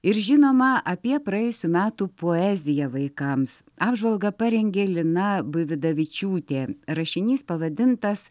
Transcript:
ir žinoma apie praėjusių metų poeziją vaikams apžvalgą parengė lina buividavičiūtė rašinys pavadintas